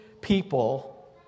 people